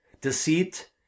deceit